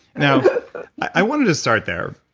you know i wanted to start there,